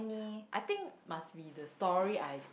I think must be the story I